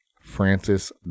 Francis